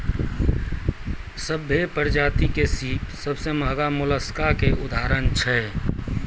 सभ्भे परजाति में सिप सबसें महगा मोलसका के उदाहरण छै